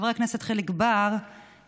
חבר הכנסת חיליק בר ציין,